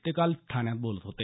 ते काल ठाण्यात बोलत होते